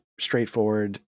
straightforward